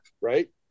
right